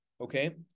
okay